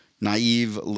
naive